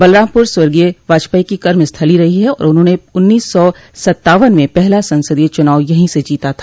बलरामपुर स्वर्गीय वाजपेई की कर्मस्थली रही है और उन्होंने उन्नीस सौ सत्तावन में पहला संसदीय चुनाव यहीं से जीता था